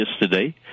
yesterday